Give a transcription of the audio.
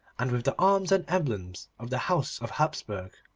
and with the arms and emblems of the house of hapsburg.